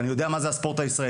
אני יודע מה זה הספורט הישראלי.